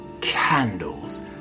Candles